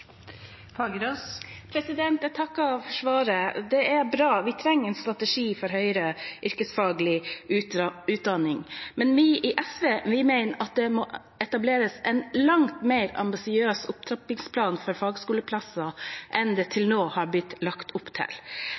Jeg takker for svaret. Det er bra – vi trenger en strategi for høyere yrkesfaglig utdanning. Men vi i SV mener at det må etableres en langt mer ambisiøs opptrappingsplan for fagskoleplasser enn det til nå har blitt lagt opp til.